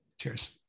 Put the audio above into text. Cheers